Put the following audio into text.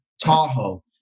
Tahoe